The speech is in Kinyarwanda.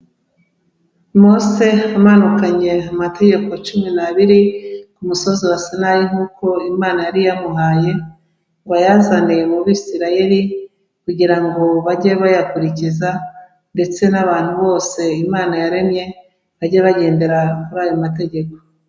Mose amanukanye ategeko cumi n'abiri ku musozi wa Sinayi nk'uko Imana yari iyamuhaye, ngo ayazaniye mu Bisiraheli kugira ngo bajye bayakurikiza ndetse n'abantu bose Imana yaremye, bajye bagendera kuri ayo mategeko.